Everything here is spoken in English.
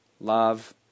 Love